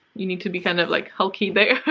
you need to be kind of like hulky there